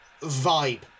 vibe